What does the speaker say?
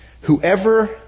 Whoever